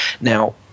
Now